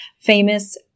famous